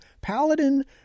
Paladin